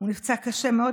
הוא נפצע קשה מאוד,